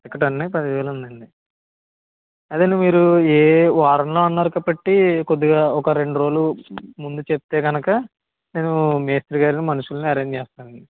ఇసుక టన్నే పది వేలు ఉందండి అదే అండి మీరు ఏ వారంలో అన్నారు కాబట్టి కొద్దిగా ఒక రెండు రోజులు ముందు చెప్తే గనుక నేను మేస్త్రి గారిని మనుషులని అరేంజ్ చేస్తానండి